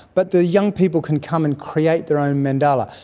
but the young people can come and create their own mandala.